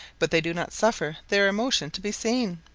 but they do not suffer their emotion to be seen.